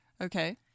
Okay